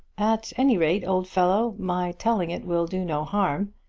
at any rate, old fellow, my telling it will do no harm.